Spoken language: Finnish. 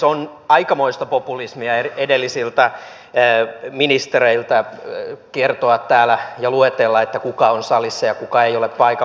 on aikamoista populismia edellisiltä ministereiltä kertoa ja luetella täällä kuka on salissa ja kuka ei ole paikalla